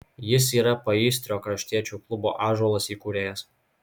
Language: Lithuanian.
jis yra paįstrio kraštiečių klubo ąžuolas įkūrėjas